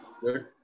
Good